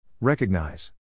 Recognize